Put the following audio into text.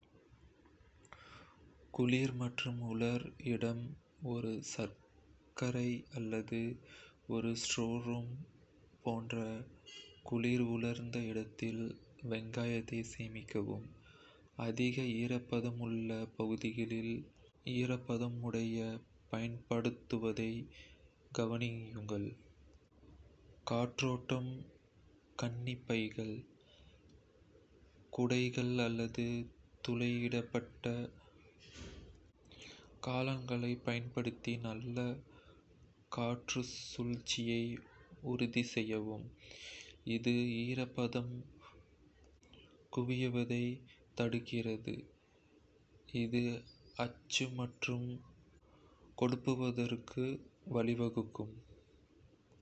குளிர் மற்றும் உலர் இடம் ஒரு சரக்கறை அல்லது ஒரு ஸ்டோர்ரூம் போன்ற குளிர், உலர்ந்த இடத்தில் வெங்காயத்தை சேமிக்கவும். அதிக ஈரப்பதம் உள்ள பகுதிகளில், ஈரப்பதமூட்டியைப் பயன்படுத்துவதைக் கவனியுங்கள். காற்றோட்டம் கண்ணி பைகள், கூடைகள் அல்லது துளையிடப்பட்ட கொள்கலன்களைப் பயன்படுத்தி நல்ல காற்று சுழற்சியை உறுதி செய்யவும். இது ஈரப்பதம் குவிவதைத் தடுக்கிறது, இது அச்சு மற்றும் கெட்டுப்போவதற்கு வழிவகுக்கும்